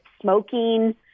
smoking